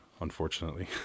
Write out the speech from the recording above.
unfortunately